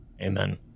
Amen